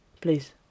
please